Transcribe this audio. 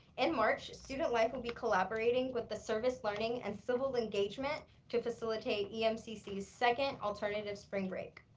in march, student life will be collaborating with the service learning and civil engagement to facilitate emcc's second alternative spring break.